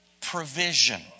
provision